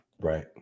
right